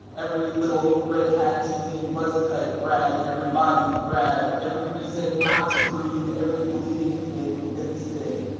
every little red hat teething buzz cut brag, everybody grab, every reason not to breathe, every bleeding thing, it's sick.